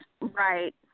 Right